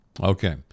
Okay